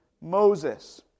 Moses